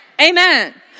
Amen